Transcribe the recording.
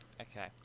Okay